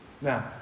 Now